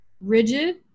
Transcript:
rigid